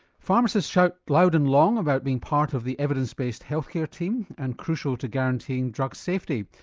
pharmacists shout loud and long about being part of the evidence-based health care team and crucial to guaranteeing drug safety.